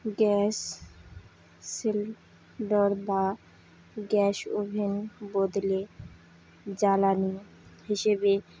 gas শিল নোড়া বা গ্যাস ওভেন বদলে জ্বালানি হিসেবে